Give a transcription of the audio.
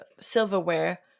silverware